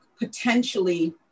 potentially